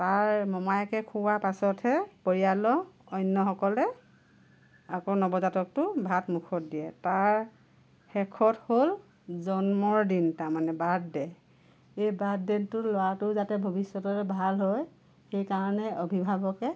তাৰ মমায়েকে খুওৱাৰ পাছতহে পৰিয়ালৰ অন্যসকলে আকৌ নৱজাতকটোক ভাত মুখত দিয়ে তাৰ শেষত হ'ল জন্মৰ দিন তাৰ মানে বাৰ্থ দে এই বাৰ্থদেটোত ল'ৰাটোৰ যাতে ভৱিষ্যতলৈ ভাল হয় সেই কাৰণে অভিভাৱকে